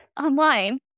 online